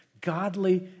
godly